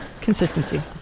consistency